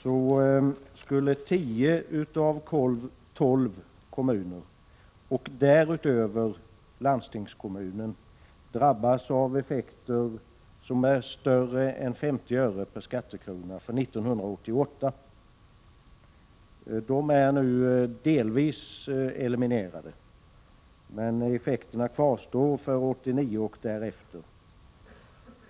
skulle nämligen tio av tolv kommuner och därutöver landstingskommunen drabbas av effekter som är större än 50 öre per skattekrona för 1988. De är nu delvis eliminerade, men effekterna kvarstår för 1989 och därefter.